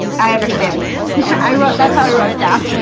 i understand i wrote that's how i wrote it down